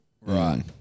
Right